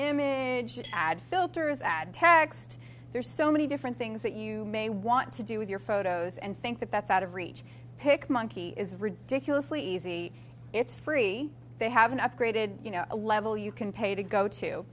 and add filters add text there's so many different things that you may want to do with your photos and think that that's out of reach pic monkey is ridiculously easy it's free they have an upgraded a level you can pay to go to